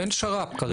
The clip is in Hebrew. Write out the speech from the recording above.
אין שר"פ כרגע.